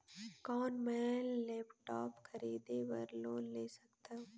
कौन मैं लेपटॉप खरीदे बर लोन ले सकथव?